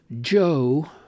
Joe